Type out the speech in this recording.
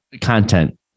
content